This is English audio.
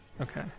Okay